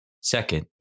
Second